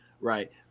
right